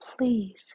please